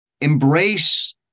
embrace